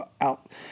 out